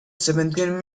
seventeen